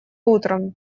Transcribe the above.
утром